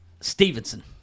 Stevenson